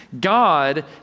God